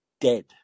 dead